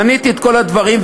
מניתי את כל הדברים,